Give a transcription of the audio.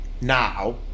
now